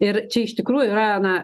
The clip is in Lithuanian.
ir čia iš tikrųjų yra na